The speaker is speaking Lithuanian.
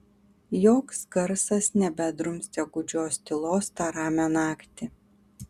joks garsas nebedrumstė gūdžios tylos tą ramią naktį